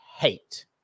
hate